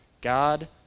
God